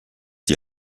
die